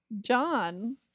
John